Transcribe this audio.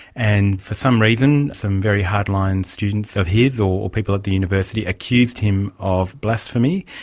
and for some reason some very hardline students of his or people at the university accused him of blasphemy,